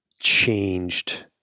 changed